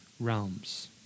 realms